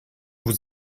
vous